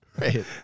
right